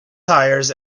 tires